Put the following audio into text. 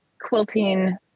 quilting